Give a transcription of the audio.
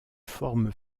forme